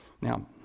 Now